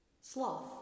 Sloth